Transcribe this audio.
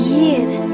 years